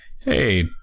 Hey